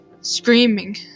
screaming